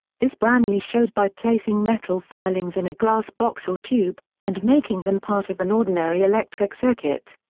this branly showed by placing metal filings in a glass box or tube, and making them part of an ordinary electric circuit.